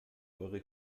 eure